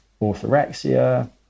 orthorexia